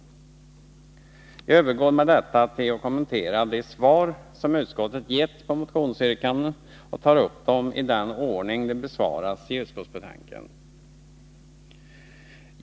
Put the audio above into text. Jag övergår härmed till att kommentera utskottets yttranden över motionsyrkandena och tar upp dem i den ordning de behandlas i utskottsbetänkandet.